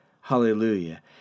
hallelujah